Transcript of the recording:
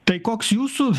tai koks jūsų